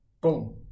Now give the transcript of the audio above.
boom